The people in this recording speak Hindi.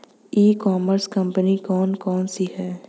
ई कॉमर्स कंपनियाँ कौन कौन सी हैं?